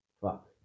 fuck